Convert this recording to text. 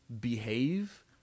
behave